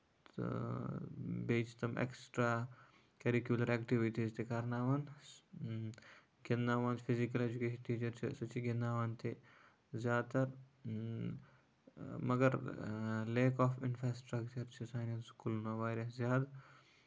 تہٕ بیٚیہِ چھِ تِم اٮ۪کٔسٹرا کیرِکوٗلر اٮ۪کٹِوٹیٖز تہِ کرناوان گِندناوان تہِ فِزِکَل اٮ۪جُکیشَن ٹیٖچر چھِ سُہ چھِ گِنداوان تہِ زیادٕ تَر مَگر لیک آف اِنفاسٔٹرَکچر چھُ سٲنٮ۪ن سٔکوٗلَن منٛز واریاہ زیادٕ